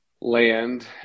land